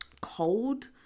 Cold